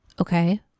Okay